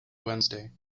wednesday